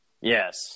Yes